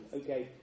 okay